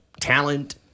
talent